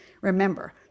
Remember